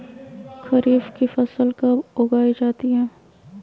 खरीफ की फसल कब उगाई जाती है?